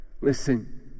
Listen